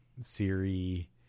Siri